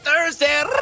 Thursday